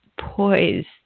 poised